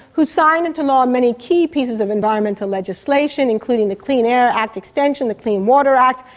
who signed into law many key pieces of environmental legislation, including the clean air act extension, the clean water act,